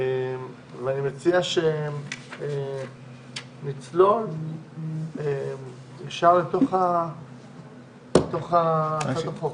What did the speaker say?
ואני מציע שנצלול ישר לתוך הצעת החוק.